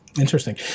Interesting